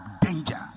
danger